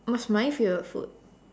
what's my favourite food